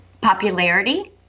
popularity